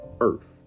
Earth